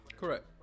correct